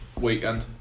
weekend